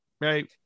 right